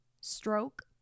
stroke